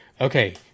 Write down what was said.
okay